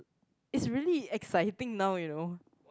it's really exciting now you know